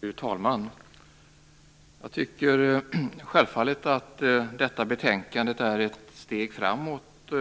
Fru talman! Jag tycker självfallet att detta betänkande är ett steg framåt.